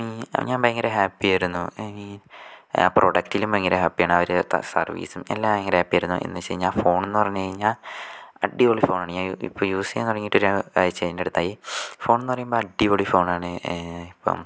ഞാൻ ഭയങ്കര ഹാപ്പി ആയിരുന്നു പ്രൊഡക്ടിലും ഭയങ്കര ഹാപ്പി ആണ് സർവീസും എല്ലാം ഭയങ്കര ഹാപ്പിയായിരുന്നു എന്ന് വെച്ച് കഴിഞ്ഞ ഫോണ്ന്നു പറഞ്ഞു കഴിഞ്ഞാൽ അടിപൊളി ഫോണാണ് ഞാൻ ഇപ്പൊ യൂസെയ്യാൻ തുടങ്ങിട്ട് രണ്ട് ആഴ്ച്ചേൻ്റടുത്തായി ഫോൺന്നു പറയുമ്പോ അടിപൊളി ഫോണാണ് ഇപ്പം